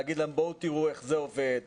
להגיד להם לבוא לראות איך זה עובד,